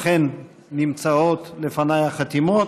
אכן נמצאות לפניי החתימות.